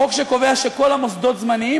החוק שקובע שכל המוסדות זמניים,